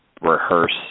rehearse